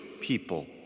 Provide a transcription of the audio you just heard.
people